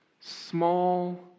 small